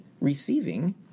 receiving